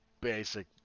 basic